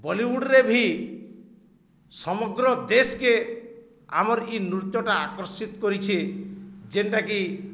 ବଲିଉଡ଼ରେ ବି ସମଗ୍ର ଦେଶ୍କେ ଆମର୍ ଇ ନୃତ୍ୟଟା ଆକର୍ଷିତ କରିଛି ଯେନ୍ଟାକି